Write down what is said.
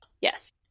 Yes